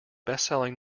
bestselling